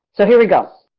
so, here we go.